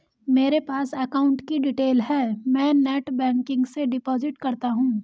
मेरे पास अकाउंट की डिटेल है मैं नेटबैंकिंग से डिपॉजिट करता हूं